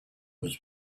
was